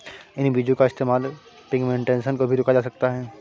इन बीजो का इस्तेमाल पिग्मेंटेशन को भी रोका जा सकता है